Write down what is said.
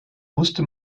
musste